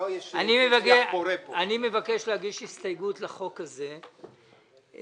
--- אני מבקש להגיש הסתייגות לחוק הזה,